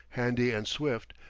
handy and swift,